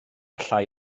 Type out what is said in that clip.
llai